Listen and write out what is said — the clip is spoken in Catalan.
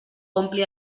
ompli